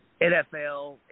NFL